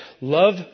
love